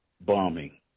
bombing